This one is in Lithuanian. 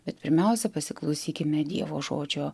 bet pirmiausia pasiklausykime dievo žodžio